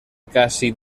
casi